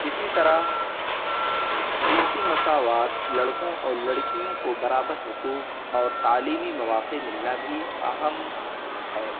اسی طرح جنسی مساوات لڑکوں اور لڑکیوں کو برابر حقوق اور تعلیمی مواقع ملنا بھی اہم ہے